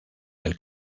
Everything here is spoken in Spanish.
del